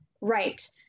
right